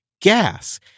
Gas